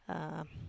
uh